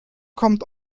kommt